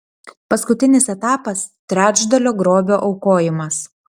paskutinis etapas trečdalio grobio aukojimas